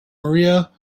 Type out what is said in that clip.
maria